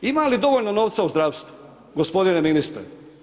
Ima li dovoljno novca u zdravstvu gospodine ministre?